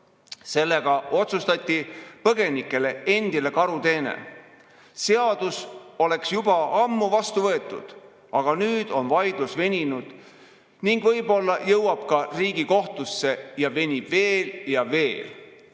Sellega osutati teha põgenikele endile karuteene. Seadus oleks juba ammu vastu võetud, aga nüüd on vaidlus veninud, võib-olla jõuab see ka Riigikohtusse ning venib veel ja veel.